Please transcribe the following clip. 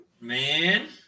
Man